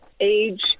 age